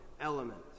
element